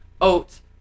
oats